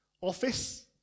office